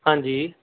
ਹਾਂਜੀ